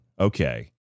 Okay